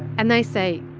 and they say,